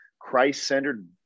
Christ-centered